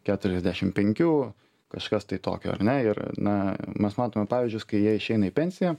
keturiasdešim penkių kažkas tai tokio ar ne ir na mes matome pavyzdžius kai jie išeina į pensiją